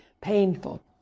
painful